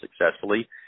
successfully